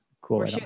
Cool